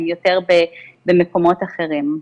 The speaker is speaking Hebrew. הם יותר במקומות אחרים.